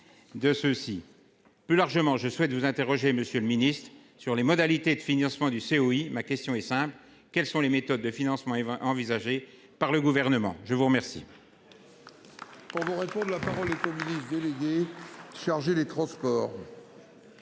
Plus largement, je souhaite vous interroger, Monsieur le Ministre, sur les modalités de financement du CO. Oui, ma question est simple, quelles sont les méthodes de financement 20 envisagée par le gouvernement. Je vous remercie.